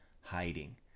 hiding